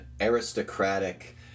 aristocratic